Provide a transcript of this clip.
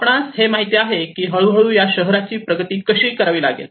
आपणास हे माहित आहे की हळूहळू या शहराची प्रगती कशी करावी लागेल